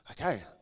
Okay